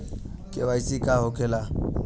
KYC का होखेला?